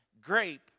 grape